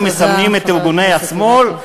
אנחנו מסמנים את ארגוני השמאל,